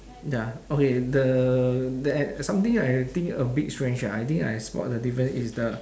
ya okay the that a something like I think a bit strange ah I think I spot the difference is the